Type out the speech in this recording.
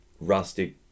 rustic